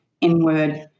inward